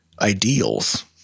ideals